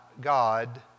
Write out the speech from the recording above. God